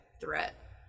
threat